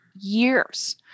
years